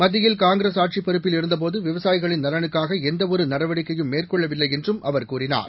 மத்தியில் காங்கிரஸ் ஆட்சிப் பொறப்பில் இருந்தபோது விவசாயிகளின் நலனுக்னக எந்த ஒரு நடவடிக்கையும் மேற்கொள்ளவில்லை என்றும் அவர் கூறினார்